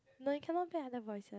no it cannot play other voices